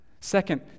Second